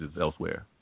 elsewhere